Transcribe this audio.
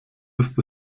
ist